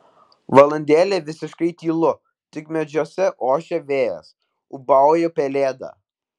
valandėlę visiškai tylu tik medžiuose ošia vėjas ūbauja pelėda